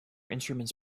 instruments